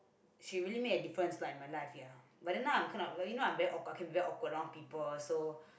she really made a difference like in my life ya but then now I'm kind of you know I'm very odd talking very odd around people so